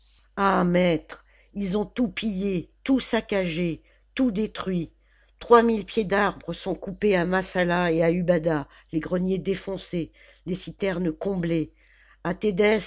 ah maître ils ont tout pillé tout saccagé tout détruit trois mille pieds d'arbres sont coupés à maschala et à ubada les greniers défoncés les citernes comblées